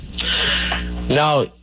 Now